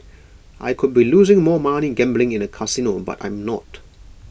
I could be losing more money gambling in A casino but I'm not